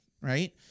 right